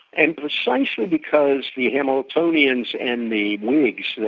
and precisely because the hamiltonians and the whigs,